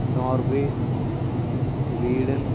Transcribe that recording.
Norway Sweden